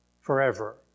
forever